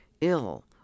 ill